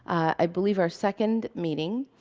i believe, our second meeting.